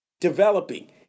developing